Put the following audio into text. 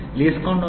Least Count L